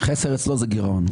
חסר אצלו זה גירעון.